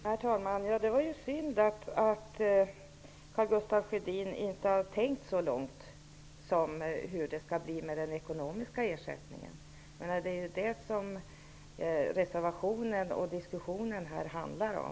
Herr talman! Det var ju synd att Karl Gustaf Sjödin inte har tänkt så långt när det gäller den ekonomiska ersättningen. Det är nämligen det som diskussionen och reservationen handlar om.